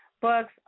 books